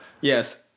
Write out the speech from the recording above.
yes